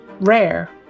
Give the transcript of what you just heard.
rare